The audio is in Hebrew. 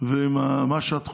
ועם מה שאת חושבת,